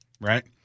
Right